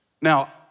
Now